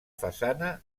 façana